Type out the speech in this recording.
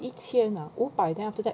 一千 ah 五百 then after that